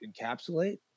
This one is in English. encapsulate